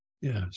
Yes